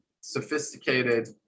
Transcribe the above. sophisticated